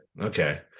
Okay